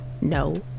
No